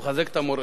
שמחזק את המורשת,